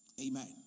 Amen